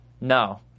No